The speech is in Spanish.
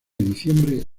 diciembre